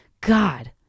God